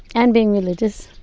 and being religious.